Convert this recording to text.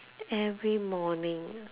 every morning ah